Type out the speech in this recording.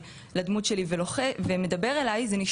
אבל פגיעה מינית מובהקת במטה-ורס,